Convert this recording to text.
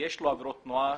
שיש לו עבירות תנועה,